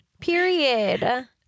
period